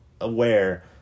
aware